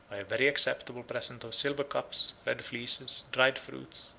very acceptable present of silver cups, red fleeces, dried fruits,